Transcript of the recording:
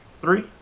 three